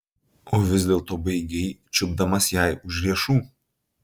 o vis dėlto baigei čiupdamas jai už riešų